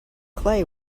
clay